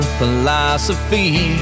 philosophy